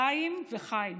חיים וחיים,